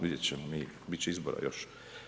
Vidjet ćemo mi, bit će izbora još.